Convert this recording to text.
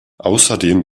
außerdem